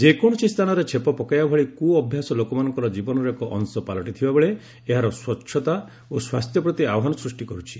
ଯେକୌଣସି ସ୍ଥାନରେ ଛେପ ପକାଇବା ଭଳି କୁ ଅଭ୍ୟାସ ଲୋକମାନଙ୍କର ଜୀବନର ଏକ ଅଂଶ ପାଲଟିଥିବାବେଳେ ଏହା ସ୍ୱଚ୍ଚତା ଓ ସ୍ୱାସ୍ଥ୍ୟ ପ୍ରତି ଆହ୍ୱାନ ସୃଷ୍ଟି କରୁଛି